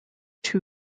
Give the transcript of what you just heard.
two